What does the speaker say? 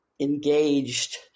engaged